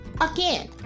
again